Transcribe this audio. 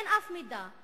אין אף מדינה,